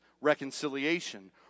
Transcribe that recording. reconciliation